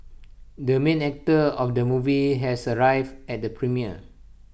the main actor of the movie has arrived at the premiere